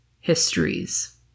Histories